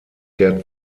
der